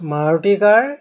Maruti কাৰ